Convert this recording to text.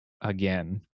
again